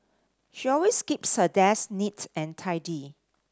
she always keeps her desk neat and tidy